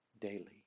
daily